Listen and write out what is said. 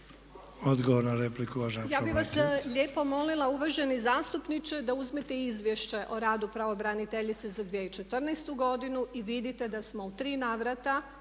**Ljubičić, Višnja** Ja bih vas lijepo molila uvaženi zastupniče da uzmete izvješće o radu pravobraniteljice za 2014.godinu i vidite da smo u tri navrata